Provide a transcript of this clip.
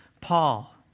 Paul